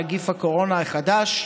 נגיף הקורונה החדש)